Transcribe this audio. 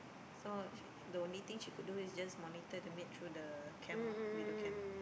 so the only thing she could do is just monitor the maid through the cam loh video cam